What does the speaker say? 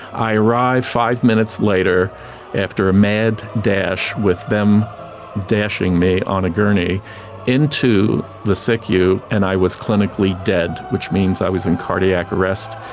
i arrived five minutes later after a mad dash with them dashing me on a gurney into the sicu and i was clinically dead, which means i was in cardiac arrest,